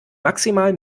maximal